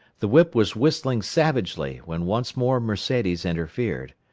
the whip was whistling savagely, when once more mercedes interfered.